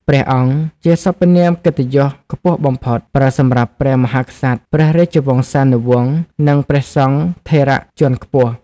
ព្រះអង្គ ជាសព្វនាមកិត្តិយសខ្ពស់បំផុត ប្រើសម្រាប់ព្រះមហាក្សត្រ ព្រះរាជវង្សានុវង្ស និងព្រះសង្ឃថេរៈជាន់ខ្ពស់។